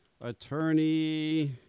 attorney